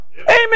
amen